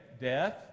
Death